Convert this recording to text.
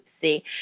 see